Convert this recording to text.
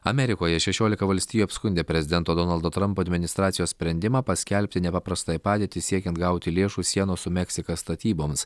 amerikoje šešiolika valstijų apskundė prezidento donaldo trampo administracijos sprendimą paskelbti nepaprastąją padėtį siekiant gauti lėšų sienos su meksika statyboms